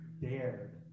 dared